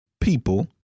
people